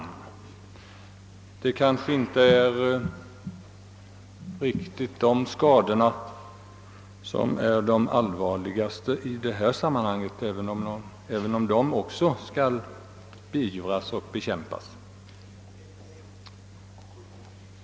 Men det kanske inte precis är dessa skador som är de allvarligaste i sammanhanget, även om de också skall beivras och bekämpas.